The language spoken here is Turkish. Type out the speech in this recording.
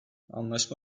anlaşma